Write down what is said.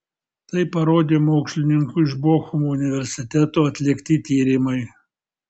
tai parodė mokslininkų iš bochumo universiteto atlikti tyrimai